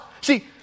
See